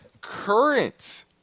current